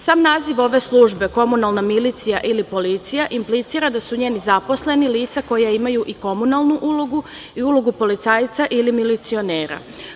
Sam naziv ove službe komunalna milicija i policija implicira da su njeni zaposleni lica koja imaju i komunalnu ulogu i ulogu policajca ili milicionera.